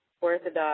orthodox